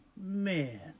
Man